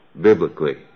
biblically